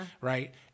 right